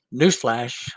Newsflash